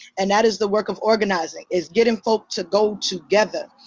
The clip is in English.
and that is the work of organizing. is getting folks to go together.